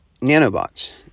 nanobots